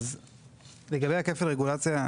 לגבי כפל הרגולציה.